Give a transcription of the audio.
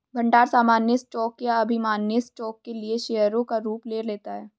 भंडार सामान्य स्टॉक या अधिमान्य स्टॉक के लिए शेयरों का रूप ले लेता है